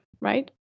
right